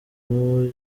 impumuro